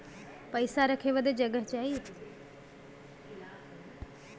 पइसा रखे बदे जगह चाही